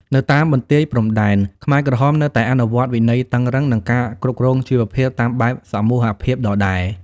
នៅតាមបន្ទាយព្រំដែន ខ្មែរក្រហមនៅតែអនុវត្តវិន័យតឹងរ៉ឹង និងការគ្រប់គ្រងជីវភាពតាមបែបសមូហភាពដដែល។